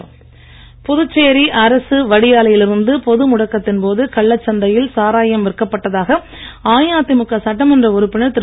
விஜய வேணி புதுச்சேரி அரசு வடியாலையில் இருந்து பொது முடக்கத்தின் போது கள்ள சந்தையில் சாராயம் விற்கப்பட்டதாக அஇஅதிமுக சட்டமன்ற உறுப்பினர் திரு